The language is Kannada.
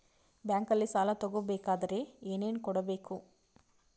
ಬ್ಯಾಂಕಲ್ಲಿ ಸಾಲ ತಗೋ ಬೇಕಾದರೆ ಏನೇನು ಕೊಡಬೇಕು?